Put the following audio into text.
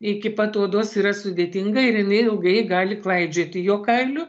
iki pat odos yra sudėtinga ir jinai ilgai gali klaidžioti jo kailiu